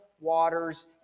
waters